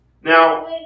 Now